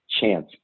chance